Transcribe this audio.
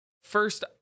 first